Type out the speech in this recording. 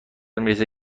میرسه